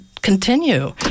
continue